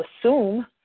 assume